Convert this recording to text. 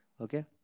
Okay